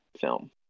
film